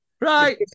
Right